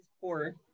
poor